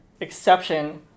exception